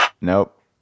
Nope